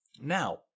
Now